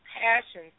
passion